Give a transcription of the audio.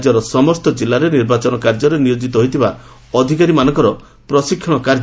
ରାଜ୍ୟର ସମସ୍ତ କିଲ୍ଲାରେ ନିର୍ବାଚନ କାର୍ଯ୍ୟରେ ନିୟୋଜିତ ହୋଇଥିବା ଅଧିକାରୀମାନଙ୍କର ପ୍ରଶିକ୍ଷଣ କାର୍ଯ୍ୟ ଜାରି ରହିଛି